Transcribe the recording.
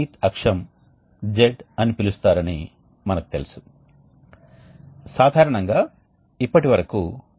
వీటిని వివిధ రకాల పారిశ్రామిక అనువర్తనాలకు ఉపయోగిస్తారు మరియు సహజంగానే అవి వ్యర్థ ఉష్ణ పునరుద్ధరణ మరియు శక్తి పరిరక్షణకు చాలా మంచి పరికరాలు